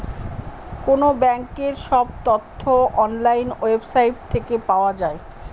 কোনো ব্যাঙ্কের সব তথ্য অনলাইন ওয়েবসাইট থেকে পাওয়া যায়